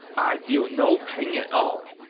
i feel no pain at all.